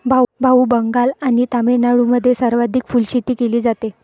भाऊ, बंगाल आणि तामिळनाडूमध्ये सर्वाधिक फुलशेती केली जाते